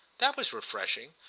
that was refreshing,